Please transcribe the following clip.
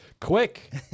quick